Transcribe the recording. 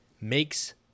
makes